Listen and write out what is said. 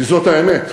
כי זאת האמת.